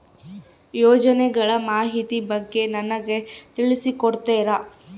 ಯೋಜನೆಗಳ ಮಾಹಿತಿ ಬಗ್ಗೆ ನನಗೆ ತಿಳಿಸಿ ಕೊಡ್ತೇರಾ?